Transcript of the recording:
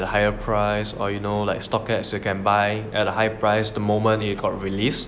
at a higher price or you know like stock apps you can buy at a high price the moment it got released